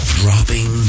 dropping